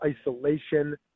isolation